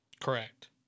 Correct